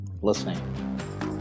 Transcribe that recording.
listening